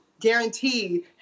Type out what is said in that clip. guaranteed